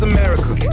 America